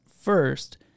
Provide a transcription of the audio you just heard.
first